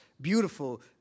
beautiful